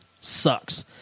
sucks